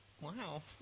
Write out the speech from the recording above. wow